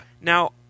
Now